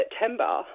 September